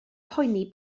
poeni